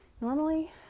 normally